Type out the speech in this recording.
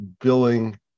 billing